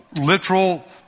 literal